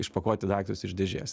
išpakuoti daiktus iš dėžės